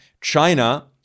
china